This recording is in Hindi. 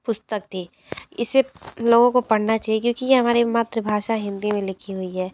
पुस्तक थी इसे लोगों को पढ़ना चाहिए क्योंकि ये हमारी मातृभाषा हिंदी में लिखी हुई है